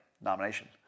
nomination